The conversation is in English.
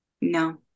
no